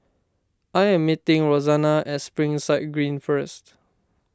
I am meeting Rosanna at Springside Green first